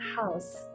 house